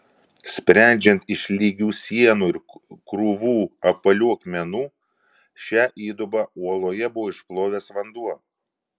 sprendžiant iš lygių sienų ir krūvų apvalių akmenų šią įdubą uoloje buvo išplovęs vanduo